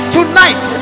Tonight